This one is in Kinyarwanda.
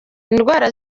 indwara